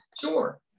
Sure